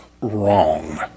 wrong